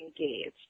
engaged